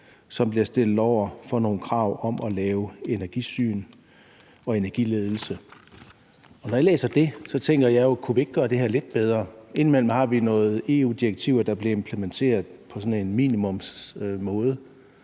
som bliver stillet over for nogle krav om at lave energisyn og energiledelse. Når jeg læser det, tænker jeg jo, om ikke vi kunne gøre det her lidt bedre. Indimellem har vi nogle EU-direktiver, der bliver implementeret på sådan en minimumsmåde,